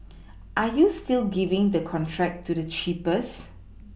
are you still giving the contract to the cheapest